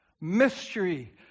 mystery